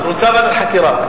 רוצה ועדת חקירה.